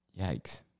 Yikes